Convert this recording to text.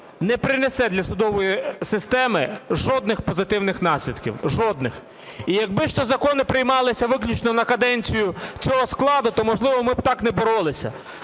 не принесе для судової системи жодних позитивних наслідків, жодних. І якби ж то закони приймалися виключно на каденцію цього складу, то, можливо, ми б так не боролися.